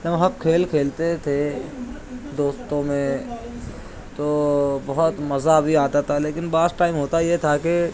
جب ہم کھیل کھیلتے تھے دوستوں میں تو بہت مزہ بھی آتا تھا لیکن بعض ٹائم ہوتا یہ تھا کہ